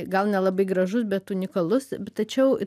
gal nelabai gražus bet unikalus tačiau